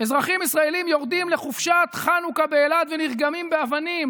אזרחים ישראלים יורדים לחופשת חנוכה באילת ונרגמים באבנים,